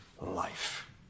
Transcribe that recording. life